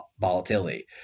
volatility